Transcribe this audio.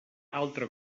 altre